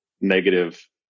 negative